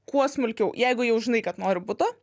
kuo smulkiau jeigu jau žinai kad nori buto